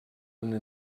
una